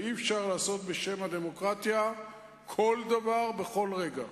אי-אפשר לעשות בשם הדמוקרטיה כל דבר בכל רגע.